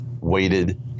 waited